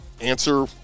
answer